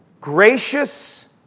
Gracious